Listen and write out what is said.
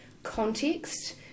context